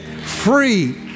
Free